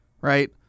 right